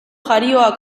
jarioa